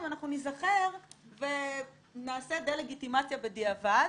אנחנו ניזכר ונעשה דה-לגיטימציה בדיעבד?